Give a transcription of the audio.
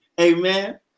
Amen